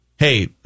hey